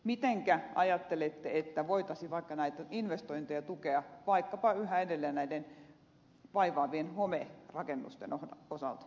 mitenkä ajattelette että voitaisiin vaikka näitä investointeja tukea vaikkapa näiden yhä edelleen vaivaavien homerakennusten osalta